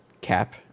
Cap